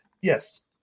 yes –